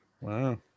Wow